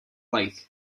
like